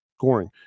scoring